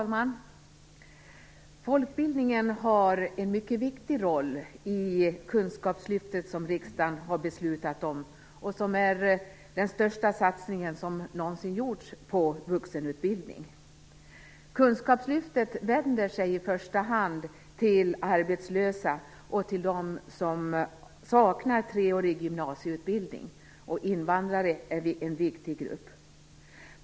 Fru talman! Folkbildningen har en mycket viktig roll i det kunskapslyft som riksdagen har beslutat om. Det är den största satsningen som någonsin gjorts på vuxenutbildning. Kunskapslyftet vänder sig i första hand till arbetslösa och till dem som saknar treårig gymnasieutbildning. Invandrare är en viktig grupp.